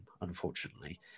unfortunately